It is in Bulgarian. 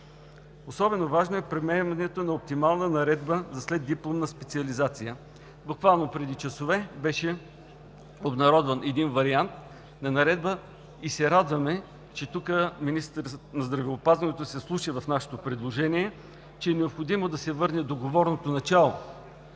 Особено важно е приемането на оптимална наредба за следдипломна специализация. Буквално преди часове беше обнародван вариант на наредба. Радваме се, че тук министърът на здравеопазването се вслуша в нашето предложение, че е необходимо да се върне договорното начало